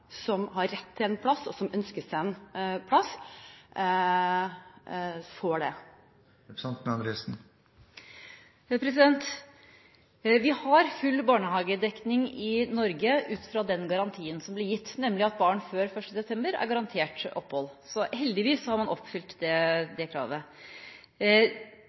som har rett til en plass – og som man ønsker en plass til – får det? Vi har full barnehagedekning i Norge ut fra den garantien som ble gitt, nemlig at barn født før 1. september er garantert opphold. Så heldigvis har man oppfylt det kravet.